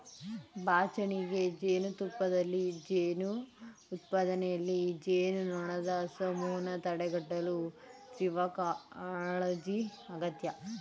ಬಾಚಣಿಗೆ ಜೇನುತುಪ್ಪದಲ್ಲಿ ಜೇನು ಉತ್ಪಾದನೆಯಲ್ಲಿ, ಜೇನುನೊಣದ್ ಸಮೂಹನ ತಡೆಗಟ್ಟಲು ತೀವ್ರಕಾಳಜಿ ಅಗತ್ಯ